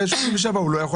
על פי סעיף 37 הוא לא יכול